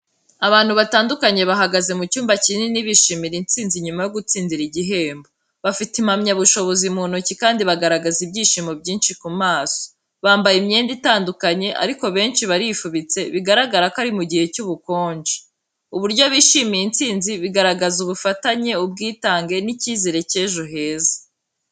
Abantu batandukanye bahagaze mu cyumba kinini bishimira intsinzi nyuma yo gutsindira igihembo. Bafite impamyabushobozi mu ntoki kandi bagaragaza ibyishimo byinshi ku maso. Bambaye imyenda itandukanye ariko benshi barifubitse, bigaragara ko ari mu gihe cy'ubukonje. Uburyo bishimiye intsinzi bigaragaza ubufatanye, ubwitange n’icyizere cy’ejo heza.